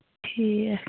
ٹھیٖک